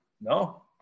no